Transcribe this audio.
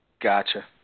Gotcha